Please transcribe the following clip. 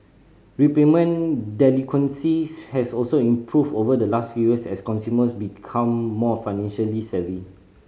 repayment delinquencies has also improved over the last few years as consumers become more financially savvy